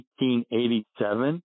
1887